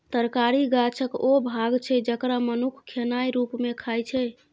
तरकारी गाछक ओ भाग छै जकरा मनुख खेनाइ रुप मे खाइ छै